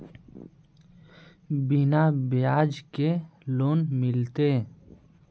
बिना ब्याज के लोन मिलते?